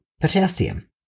potassium